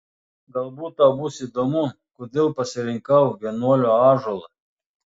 galbūt tau bus įdomu kodėl pasirinkau vienuolio ąžuolą